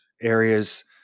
areas